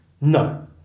No